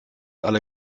alle